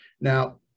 Now